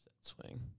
Swing